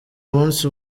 munsi